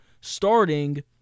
starting